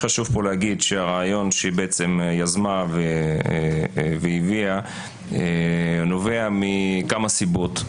חשוב להגיד שהרעיון שהיא יזמה והביאה נובע מכמה סיבות.